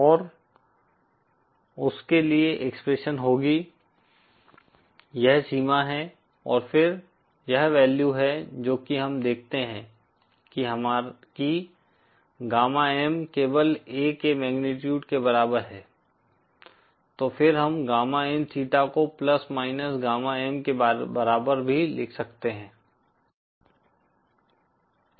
और उसके लिए एक्सप्रेशन होगी यह सीमा है और फिर यह वैल्यू है जो कि हम देखते हैं कि गामा M केवल A के मैगनीटुड के बराबर है तो फिर हम गामा इन थीटा को प्लस माइनस गामा M के बराबर भी लिख सकते हैं